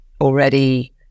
already